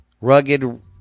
rugged